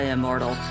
Immortal